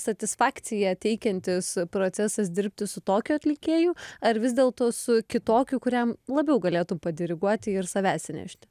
satisfakciją teikiantis procesas dirbti su tokiu atlikėju ar vis dėlto su kitokiu kuriam labiau galėtum padiriguoti ir savęs įnešti